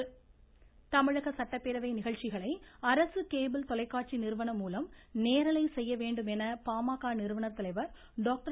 ராமதாஸ் தமிழக சட்டப்பேரவை நிகழ்ச்சிகளை அரசு கேபிள் தொலைக்காட்சி நிறுவனம் மூலம் நேரலை செய்ய வேண்டும் என பாமக நிறுவனர் தலைவர் டாக்டர்